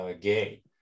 gay